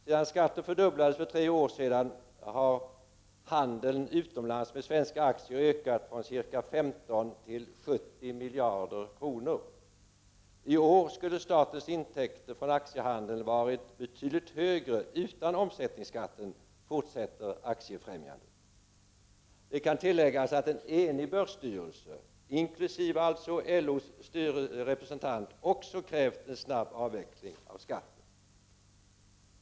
Sedan skatten fördubblades för tre år sedan har handeln utomlands med svenska aktier ökat från ca 15 miljarder kronor till 70 miljarder kronor. ”I år skulle statens intäkter från aktiehandeln varit betydligt högre utan omsättningsskatten”, fortsätter Aktiefrämjandet. Det kan tilläggas att en enig börsstyrelse, inkl. LO:s styrelserepresentant, också krävt en snabb avveckling av denna skatt.